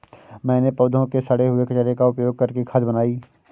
मैंने पौधों के सड़े हुए कचरे का उपयोग करके खाद बनाई